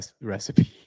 recipe